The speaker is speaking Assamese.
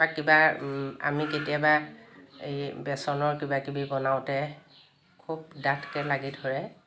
বা কিবা আমি কেতিয়াবা বেচনৰ কিবাকিবি বনাওঁতে খুব ডাঠকৈ লাগি ধৰে